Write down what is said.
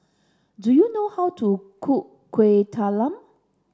do you know how to cook Kuih Talam